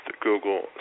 Google